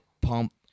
pump